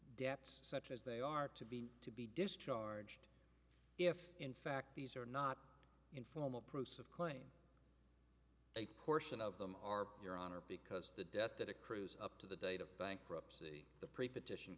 debts such as they are to be to be discharged if in fact these are not in formal proofs of claim a portion of them are your honor because the debt that accrues up to the date of bankruptcy the preposition